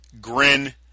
grin